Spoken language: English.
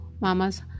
mamas